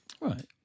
Right